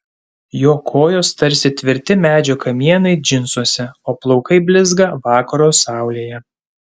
jo kojos tarsi tvirti medžio kamienai džinsuose o plaukai blizga vakaro saulėje